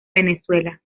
venezuela